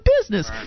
business